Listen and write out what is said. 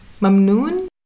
Mamnoon